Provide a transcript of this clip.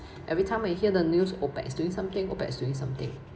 every time I hear the news OPEC is doing something OPEC is doing something